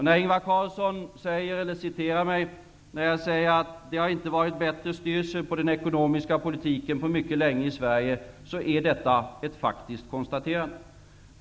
När Ingvar Carlsson citerar mig, när jag säger att det inte har varit bättre styrsel på den ekonomiska politiken på mycket länge i Sverige, är detta ett faktiskt konstaterande.